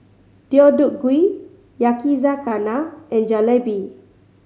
Deodeok Gui Yakizakana and Jalebi